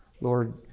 Lord